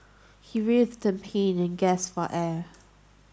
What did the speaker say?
he writhed in pain and gasped for air